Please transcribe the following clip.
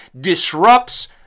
disrupts